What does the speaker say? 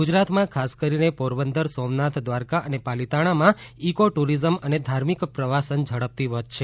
ગુજરાતમાં ખાસ કરીને પોરબંદર સોમનાથ દ્વારકા અને પાલીતાણામાં ઇકો ટુરિઝમ અને ધાર્મિક પ્રવાસન ઝડપથી વધશે